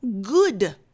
good